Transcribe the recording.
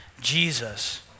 Jesus